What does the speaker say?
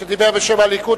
שדיבר בשם הליכוד,